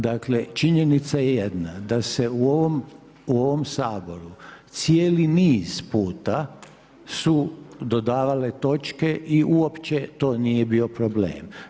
Dakle, činjenica je jedna da se u ovom Saboru cijeli niz puta su dodavale točke i uopće to nije bio problem.